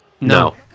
no